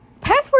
password